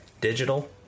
digital